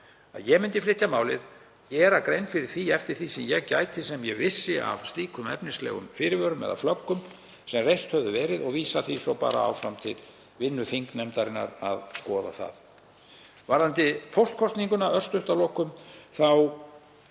að ég myndi flytja málið, gera grein fyrir því eftir því sem ég gæti, eftir því sem ég vissi af slíkum efnislegum fyrirvörum eða flöggum sem reist höfðu verið, og vísa því svo bara áfram til þingnefndarinnar að skoða það. Varðandi póstkosningu, örstutt að lokum, þá